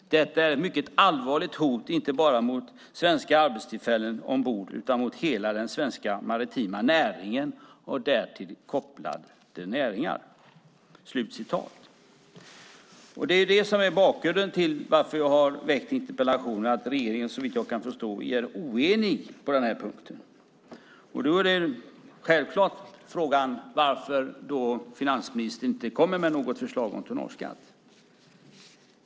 Detta är ett mycket allvarligt hot inte bara mot svenska arbetstillfällen ombord utan mot hela den svenska maritima näringen och därtill kopplade näringar." Bakgrunden till min interpellation är alltså att regeringen såvitt jag kan förstå är oenig på den här punkten. Då är frågan självklart varför finansministern inte kommer med något förslag om tonnageskatt.